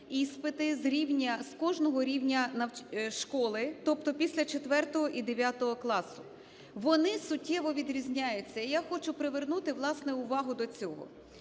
іспити з кожного рівня школи, тобто після 4 і 9 класів. Вони суттєво відрізняються, і я хочу привернути, власне, увагу до цього.